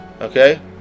okay